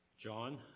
John